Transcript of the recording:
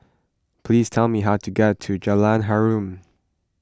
please tell me how to get to Jalan Harum